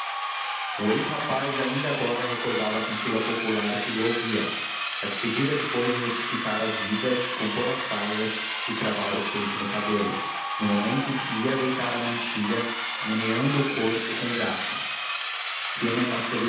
o ex rapaz ainda agora recordava a cantiga popular que lhe ouvia à despedida depois de retificar as ligas compor as saias e cravar o pente no cabelo no momento em que ia deitar a mantilha meneando o corpo com graça